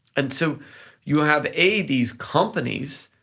and so you have, a, these companies,